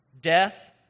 Death